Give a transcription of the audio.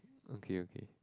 okay okay